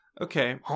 Okay